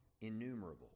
innumerable